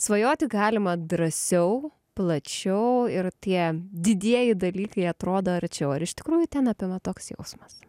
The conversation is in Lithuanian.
svajoti galima drąsiau plačiau ir tie didieji dalykai atrodo arčiau ar iš tikrųjų ten apima toks jausmas